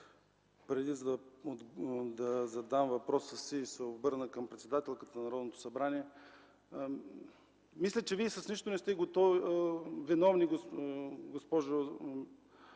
Преди да задам въпроса си, искам да се обърна към председателката на Народното събрание. Мисля, че Вие с нищо не сте виновна, госпожо